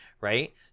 right